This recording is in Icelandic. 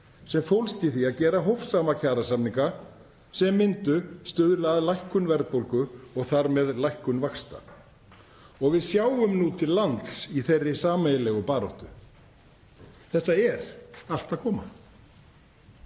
sem fólst í því að gera hófsama kjarasamninga sem myndu stuðla að lækkun verðbólgu og þar með lækkun vaxta. Og við sjáum nú til lands í þeirri sameiginlegu baráttu. Þetta er allt að koma.